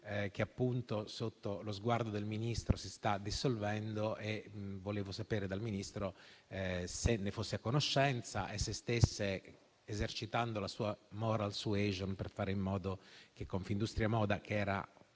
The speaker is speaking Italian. che sotto lo sguardo del Ministro si sta dissolvendo. Volevo pertanto sapere dal Ministro se ne fosse a conoscenza e se stesse esercitando la sua *moral suasion* per fare in modo che Confindustria Moda, una entità